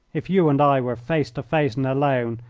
if you and i were face to face and alone,